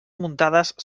muntades